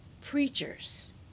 preachers